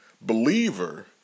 believer